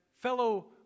fellow